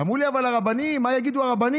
אמרו לי: אבל הרבנים, מה יגידו הרבנים?